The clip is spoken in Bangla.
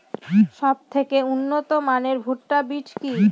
সবথেকে উন্নত মানের ভুট্টা বীজ কি?